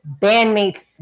bandmate's